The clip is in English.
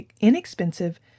inexpensive